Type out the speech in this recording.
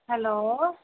hello